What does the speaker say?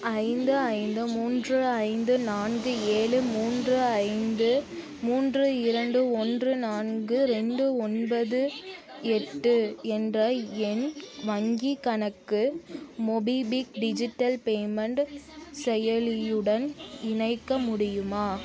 ஐந்து ஐந்து மூன்று ஐந்து நான்கு ஏழு மூன்று ஐந்து மூன்று இரண்டு ஒன்று நான்கு ரெண்டு ஒன்பது எட்டு என்ற என் வங்கிக் கணக்கு மோபிபிக் டிஜிட்டல் பேமெண்ட் செயலியுடன் இணைக்க முடியுமா